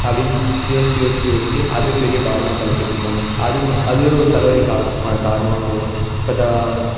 அப்படின்னு யோசித்து யோசித்து யோசித்து அதுவே பெரிய பாரமாக தலைக்கு ஏற்றிப்பாங்க அதுவும் அதுவே ஒரு தலைவலிக்கான காரணமாக போயிடும் இப்போ தா